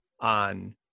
on